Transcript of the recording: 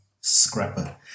scrapper